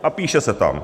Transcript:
A píše se tam: